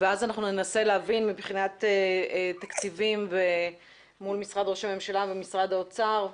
ואז אנחנו ננסה להבין מבחינת תקציבים מול משרד ראש הממשלה ומשרד האוצר,